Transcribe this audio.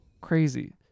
crazy